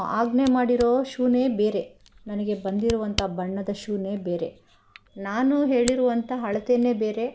ಆಜ್ಞೆ ಮಾಡಿರುವ ಶೂವೇ ಬೇರೆ ನನಗೆ ಬಂದಿರುವಂಥ ಬಣ್ಣದ ಶೂವೇ ಬೇರೆ ನಾನು ಹೇಳಿರುವಂಥ ಅಳತೆಯೇ ಬೇರೆ